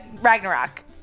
Ragnarok